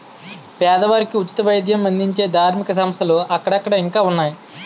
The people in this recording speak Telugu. పేదవారికి ఉచిత వైద్యం అందించే ధార్మిక సంస్థలు అక్కడక్కడ ఇంకా ఉన్నాయి